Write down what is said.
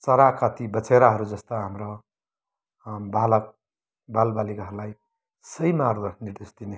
चराका ती बचेराहरू जस्ता हाम्रो बालक बालबालिकाहरूलाई सही मार्ग निर्देश दिने